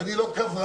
אני לא קברן.